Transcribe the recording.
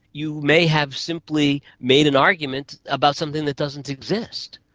you may have simply made an argument about something that doesn't exist.